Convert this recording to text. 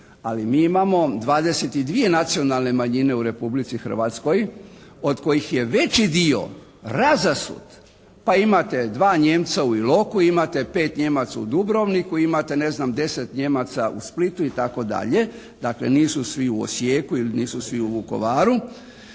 Ali mi imamo 22 nacionalne manjine u Republici Hrvatskoj od kojih je veći dio razasut, pa imate 2 Nijemca u Iloku, imate 5 Nijemaca u Dubrovniku, imate ne znam 10 Nijemaca u Splitu itd. Dakle, nisu svi u Osijeku ili nisu svi u Vukovaru.